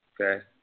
Okay